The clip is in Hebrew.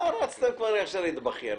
מה רצתם כבר עכשיו להתבכיין?